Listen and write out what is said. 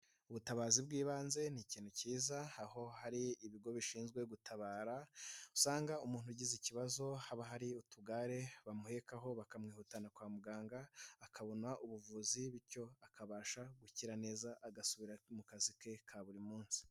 Ubutabazi bw'ibanze ni ikintu cyiza aho hari ibigo bishinzwe gutabara usanga umuntu ugize ikibazo haba hari utugare bamuhekaho bakamwihutana kwa muganga akabona ubuvuzi, bityo akabasha gukira neza agasubira mu kazi ke ka buri munsi.